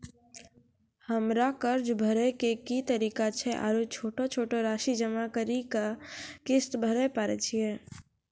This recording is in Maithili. हमरा कर्ज भरे के की तरीका छै आरू छोटो छोटो रासि जमा करि के किस्त भरे पारे छियै?